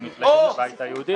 של מפלגת הבית היהודי.